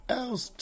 else